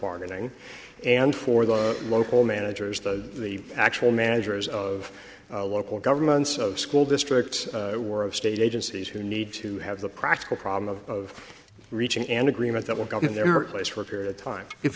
bargaining and for the local managers the the actual managers of local governments of school districts were of state agencies who need to have the practical problem of reaching an agreement that will govern their place for a period of time if